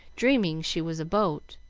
dreaming she was a boat.